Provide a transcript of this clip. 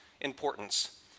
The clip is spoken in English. importance